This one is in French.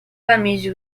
famille